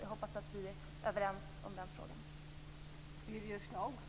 Jag hoppas att vi är överens i den frågan.